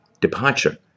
departure